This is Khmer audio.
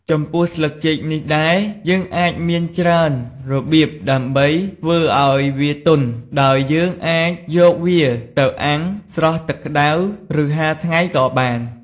ចំពោះស្លឹកចេកនេះដែរ យើងអាចមានច្រើនរបៀបដើម្បីធ្វើអោយវាទន់ ដោយយើងអាចយកវាទៅអាំង ស្រុះទឹកក្ដៅ ឬ ហាលថ្ងៃក៏បាន។